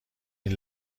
این